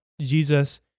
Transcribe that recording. Jesus